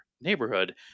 neighborhood